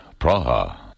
Praha